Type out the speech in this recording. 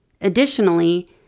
Additionally